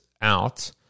out